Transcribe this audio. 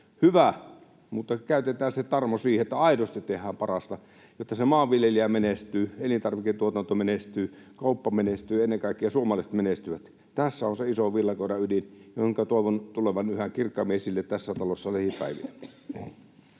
Hyvä, mutta käytetään se tarmo siihen, että aidosti tehdään parasta, jotta se maanviljelijä menestyy, elintarviketuotanto menestyy, kauppa menestyy, ennen kaikkea suomalaiset menestyvät. Tässä on se iso villakoiran ydin, jonka toivon tulevan yhä kirkkaammin esille tässä talossa lähipäivinä.